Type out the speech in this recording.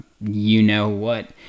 you-know-what